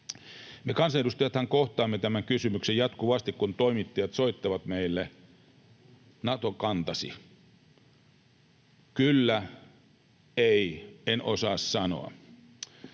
Me kansanedustajathan kohtaamme tämän kysymyksen jatkuvasti, kun toimittajat soittavat meille: Nato-kantasi — kyllä, ei, en osaa sanoa?